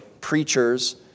preachers